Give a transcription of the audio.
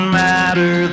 matter